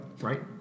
Right